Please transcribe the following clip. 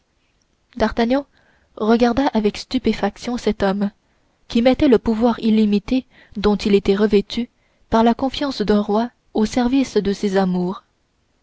d'artagnan regarda avec stupéfaction cet homme qui mettait le pouvoir illimité dont il était revêtu par la confiance d'un roi au service de ses amours